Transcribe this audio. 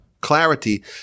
clarity